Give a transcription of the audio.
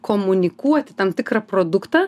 komunikuoti tam tikrą produktą